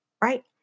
right